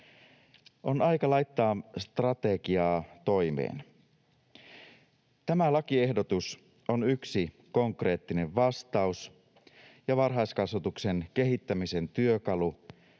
On aika laittaa strategiaa toimeen. Tämä lakiehdotus on yksi konkreettinen vastaus ja varhaiskasvatuksen kehittämisen työkalu